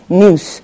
news